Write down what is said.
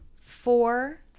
four